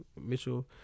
Mitchell